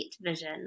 vision